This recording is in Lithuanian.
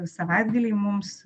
savaitgaliai mums